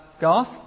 Garth